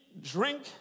drink